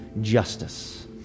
Justice